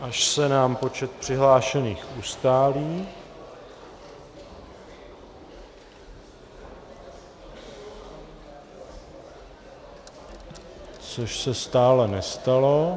Až se nám počet přihlášených ustálí... což se stále nestalo...